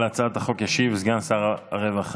על הצעת החוק ישיב סגן שר הרווחה